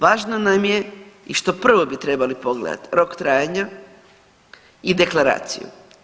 Važno nam je i što prvo bi trebali pogledati rok trajanja i deklaraciju.